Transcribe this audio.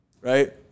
right